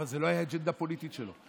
אבל זו לא הייתה אג'נדה פוליטית שלו.